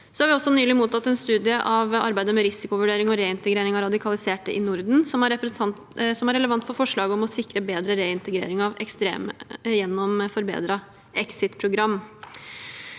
Vi har også nylig mottatt en studie av arbeidet med risikovurdering og reintegrering av radikaliserte i Norden, noe som er relevant for forslaget om å sikre bedre reintegrering av ekstreme gjennom forbedret exit-program.